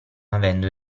avendo